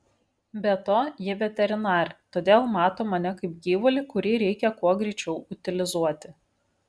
be to ji veterinarė todėl mato mane kaip gyvulį kurį reikia kuo greičiau utilizuoti